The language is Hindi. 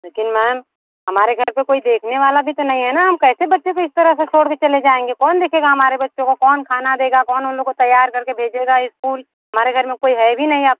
लेकिन मैम हमारे घर पर कोई देखने वाला भी तो नहीं है ना हम कैसे बच्चे को इस तरह से छोड़ के चले जाएंगे कौन देखेगा हमारे बच्चों को कौन खाना देगा कौन उन लोग को तैयार करके भेजेगा इस्कूल हमारे घर में कोई है भी नहीं अब